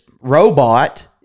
robot